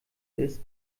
ist